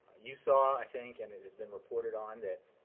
you saw, i think, and it has been reported on, that